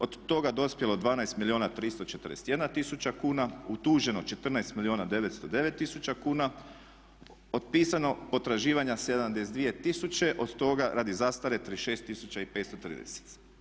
Od toga dospjelo 12 milijuna 341 tisuća kuna, utuženo 14 milijuna 909 tisuća kuna, otpisano potraživanja 72 tisuće, od toga radi zastare 36 tisuća i 530.